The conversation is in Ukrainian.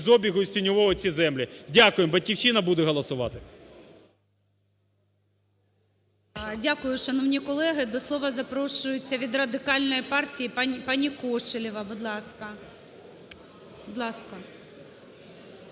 із обігу із тіньового ці землі. Дякуємо. "Батьківщина" буде голосувати. ГОЛОВУЮЧИЙ. Дякую, шановні колеги. До слова запрошується від Радикальної партії пані Кошелєва. Будь ласка.